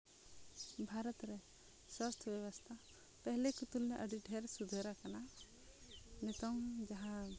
ᱵᱷᱟᱨᱚᱛ ᱨᱮ ᱥᱟᱥᱛᱷᱚ ᱵᱮᱵᱚᱥᱛᱷᱟ ᱯᱮᱦᱞᱮ ᱛᱩᱞᱚᱱᱟ ᱟᱹᱰᱤ ᱰᱷᱮᱨ ᱥᱩᱫᱷᱟᱹᱨ ᱟᱠᱟᱱᱟ ᱮᱠᱫᱚᱢ ᱡᱟᱦᱟᱸ